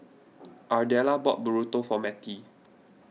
Ardella bought Burrito for Matie